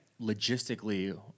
logistically